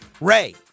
Ray